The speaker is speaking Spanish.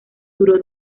duró